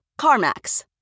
CarMax